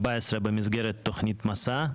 במסגרת תוכנית "מסע".